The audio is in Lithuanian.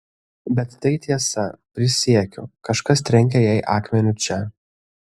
bet tai tiesa prisiekiu kažkas trenkė jai akmeniu čia